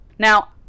Now